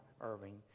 Irving